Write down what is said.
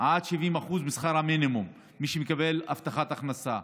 עד 70% משכר המינימום למי שמקבל הבטחת הכנסה.